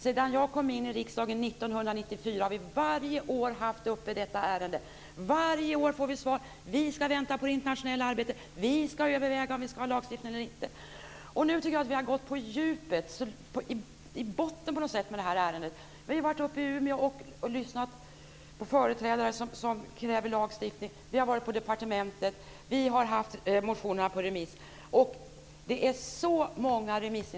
Sedan jag kom in i riksdagen 1994 har vi varje år haft detta ärende uppe. Varje år får vi svaret: Vi ska vänta på det internationella arbetet. Vi ska överväga om vi ska ha lagstiftning eller inte. Nu tycker jag att vi på något sätt har gått till botten med det här ärendet. Vi har varit uppe i Umeå och lyssnat på företrädare som kräver lagstiftning. Vi har varit på departementet. Vi har haft motionerna ute på remiss.